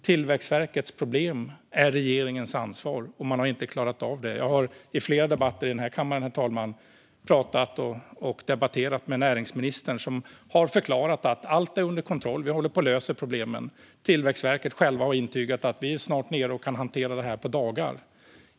Tillväxtverkets problem är regeringens ansvar. Man har inte klarat av att ta det. Jag har i flera debatter i den här kammaren talat med näringsministern, som har förklarat att: "Allt är under kontroll. Vi håller på och löser problemen. Tillväxtverket själva har intygat att de snart är nere på att kunna hantera det på några dagar."